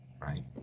right